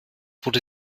wurde